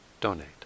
donate